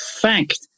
fact